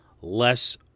less